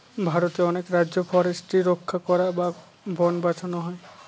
ভারতের অনেক রাজ্যে ফরেস্ট্রি রক্ষা করা বা বোন বাঁচানো হয়